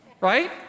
right